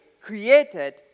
created